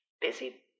busy